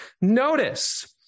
Notice